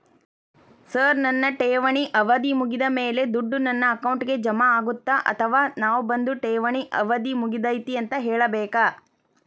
Sir ನನ್ನ ಠೇವಣಿ ಅವಧಿ ಮುಗಿದಮೇಲೆ, ದುಡ್ಡು ನನ್ನ ಅಕೌಂಟ್ಗೆ ಜಮಾ ಆಗುತ್ತ ಅಥವಾ ನಾವ್ ಬಂದು ಠೇವಣಿ ಅವಧಿ ಮುಗದೈತಿ ಅಂತ ಹೇಳಬೇಕ?